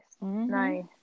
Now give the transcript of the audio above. Nice